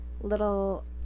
little